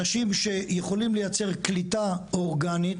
אנשים שיכולים לייצר קליטה אורגנית.